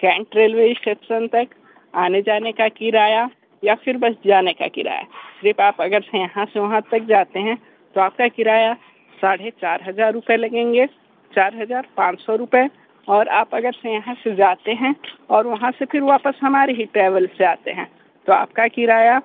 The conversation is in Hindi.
कैंट रेलवे स्टेशन तक आने जाने का किराया या फिर बस जाने का किराया सिर्फ आप अगर यहाँ से वहाँ तक जाते हैं तो फिर आपका किराया साढ़े चार हजार रुपए लगेंगे चार हजार पाँच सौ रुपए और आप अगर यहाँ से जाते हैं और वहाँ से फिर वापस हमारी ही ट्रैवल से आते हैं तो आपका किराया